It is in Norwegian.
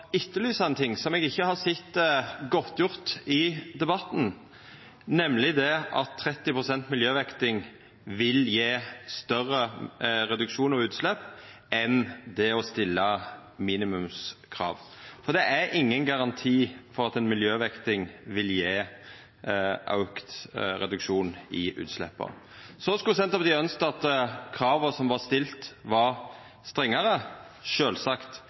ting som eg ikkje har sett godtgjord i debatten, nemleg at 30 pst. miljøvekting vil gje større reduksjon av utslepp enn det å stilla minimumskrav. Det er ingen garanti for at ei miljøvekting vil gje auka reduksjon i utsleppa. Senterpartiet skulle sjølvsagt ønskt at krava som var stilte, var